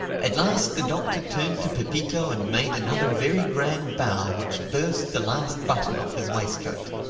at last the doctor turned to pepito and made another very grand bow which burst the last button off his waistcoat.